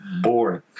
boring